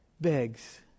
begs